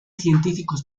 científicos